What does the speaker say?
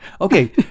Okay